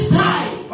time